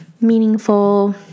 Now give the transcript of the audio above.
meaningful